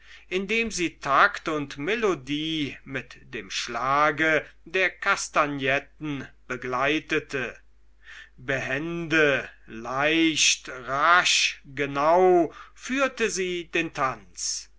indem sie takt und melodie mit dem schlage der kastagnetten begleitete behende leicht rasch genau führte sie den tanz